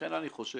לכן אני חושב